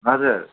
हजुर